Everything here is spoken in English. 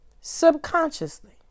Subconsciously